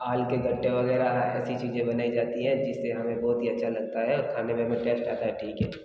आल के गट्टे वगैरह ऐसी चीज़ें बनाई जाती है जिससे हमें बहुत ही अच्छा लगता है खाने में हमें टेस्ट आता है ठीक है